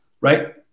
right